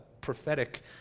prophetic